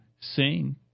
sing